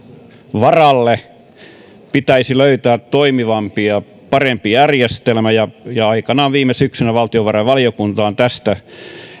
varalle pitäisi löytää toimivampi ja parempi järjestelmä ja ja aikanaan viime syksynä valtiovarainvaliokunta on tästä